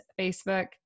Facebook